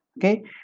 Okay